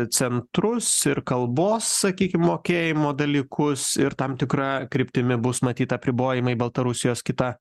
centrus ir kalbos sakykim mokėjimo dalykus ir tam tikra kryptimi bus matyt apribojimai baltarusijos kitą